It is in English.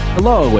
Hello